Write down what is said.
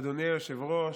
אדוני היושב-ראש,